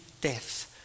death